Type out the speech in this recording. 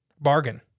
bargain